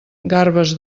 garbes